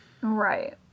Right